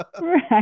right